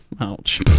Ouch